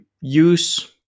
use